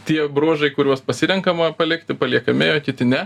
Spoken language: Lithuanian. tie bruožai kuriuos pasirenkama palikti paliekami o kiti ne